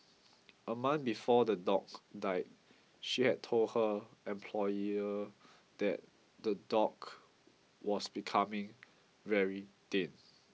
a month before the dog died she had told her employer that the dog was becoming very thin